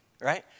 right